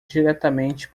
diretamente